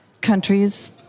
countries